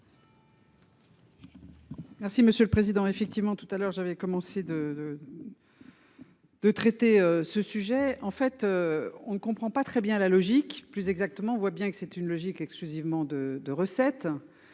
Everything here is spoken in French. Merci Monsieur le Président effectivement tout à l'heure j'avais commencé de de. De traiter ce sujet en fait. On ne comprend pas très bien la logique plus exactement, on voit bien que c'est une logique exclusivement de de recettes.